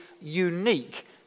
unique